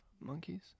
monkeys